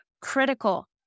critical